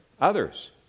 others